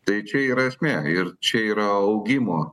tai čia yra esmė ir čia yra augimo